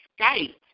Skype